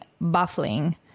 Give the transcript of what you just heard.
baffling